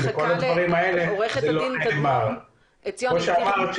כמו אמרתם,